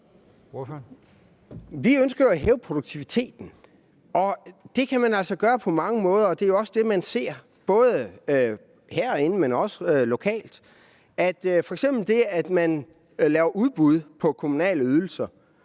Vi ønsker jo at hæve produktiviteten, og det kan altså gøres på mange måder, og det er også det, man ser både herinde og lokalt. Det er f.eks. ved, at man laver udbud af kommunale ydelser.